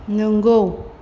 नोंगौ